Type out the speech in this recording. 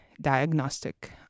diagnostic